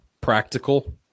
practical